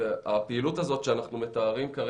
הפעילות שאנחנו מתארים,